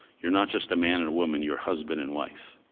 you're not just a man and a woman, you're husband and wife.